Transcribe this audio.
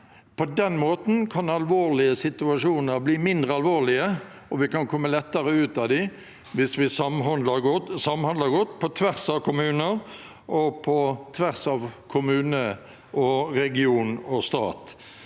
På den måten kan alvorlige situasjoner bli mindre alvorlige. Vi kan komme lettere ut av dem hvis vi samhandler godt på tvers av kommuner og på tvers av kommune, region og stat.